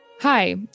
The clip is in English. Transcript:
Hi